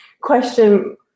question